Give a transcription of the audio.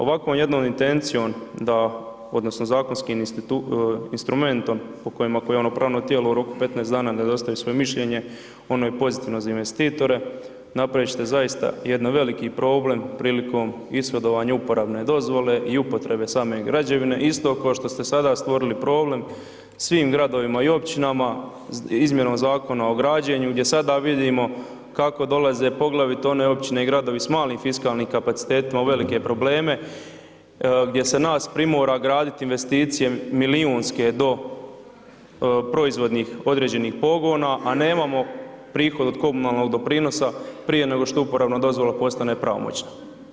Ovakvom jednom intencijom da, odnosno zakonskim instrumentom po kojim javno-pravno tijelo u roku 15 dana ne dostavi svoje mišljenje, ono je pozitivno za investitore, napravit će te zaista jedan veliki problem prilikom ishodovanja uporabne dozvole i upotrebe same građevine, isto k'o što ste sada stvorili problem svim Gradovima i Općinama izmjenom Zakona o građenju, gdje sada vidimo kako dolaze poglavito one Općine i Gradovi s malim fiskalnim kapacitetima u velike probleme, gdje se nas primora graditi investicije milijunske do proizvodnih određenih pogona, a nemamo prihod od komunalnog doprinos a prije nego što uporabna dozvola postane pravomoćna.